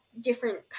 different